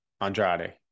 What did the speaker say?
andrade